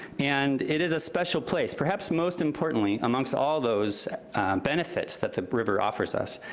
and it is a special place. perhaps most importantly, amongst all those benefits that the river offers us,